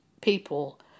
people